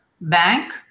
bank